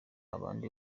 abandi